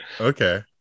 Okay